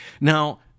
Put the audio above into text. now